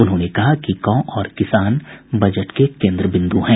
उन्होंने कहा कहा कि गांव और किसान बजट के केन्द्र बिंदु हैं